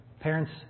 Parents